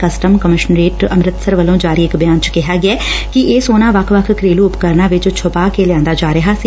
custom commissionerate Amritsar ਵੱਲੋਂ ਜਾਰੀ ਇਕ ਬਿਆਨ ਚ ਕਿਹਾ ਗਿਐ ਕਿ ਇਹ ਸੋਨਾ ਵੱਖ ਵੱਖ ਘਰੇਲ ਉਪਕਰਨਾਂ ਵਿਚ ਛੁਪਾ ਕੇ ਲਿਆਂਦਾ ਜਾ ਰਿਹੈ ਸੀ